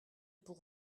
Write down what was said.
pour